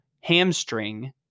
hamstring